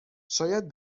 شاید